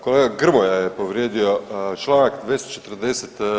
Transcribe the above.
Kolega Grmoja je povrijedio Članak 240.